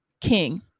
King